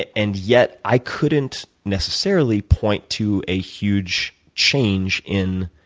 and yet, i couldn't necessarily point to a huge change in